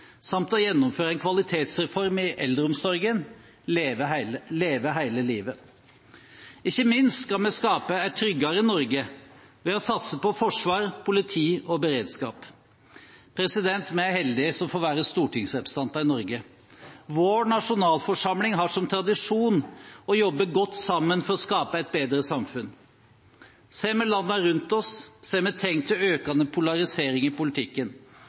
samt gjennomføre en kvalitetsreform i eldreomsorgen: Leve hele livet. Ikke minst skal vi skape et tryggere Norge ved å satse på forsvar, politi og beredskap. Vi er heldige som får være stortingsrepresentanter i Norge. Vår nasjonalforsamling har som tradisjon å jobbe godt sammen for å skape et bedre samfunn. Ser vi på landene rundt oss, ser vi tegn til økende polarisering i politikken.